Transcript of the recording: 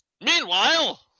Meanwhile